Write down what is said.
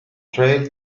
trail